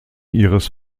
ihres